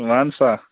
وَن سا